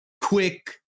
quick